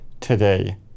today